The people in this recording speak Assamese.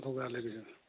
ভোগালী বিহু